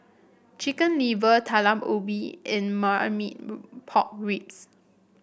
Chicken Liver Talam Ubi and Marmite Pork Ribs